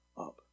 up